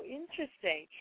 interesting